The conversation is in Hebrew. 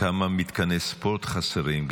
כמה מתקני ספורט חסרים,